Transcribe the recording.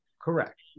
Correct